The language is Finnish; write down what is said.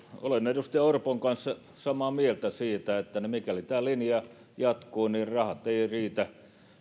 olen edustaja orpon kanssa samaa mieltä siitä että mikäli tämä linja jatkuu niin rahat eivät riitä